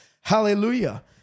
Hallelujah